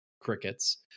Crickets